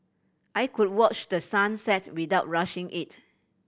I could watch the sun set without rushing it